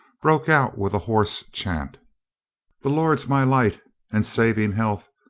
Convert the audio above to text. broke out with a hoarse chant the lord's my light and saving health,